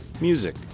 music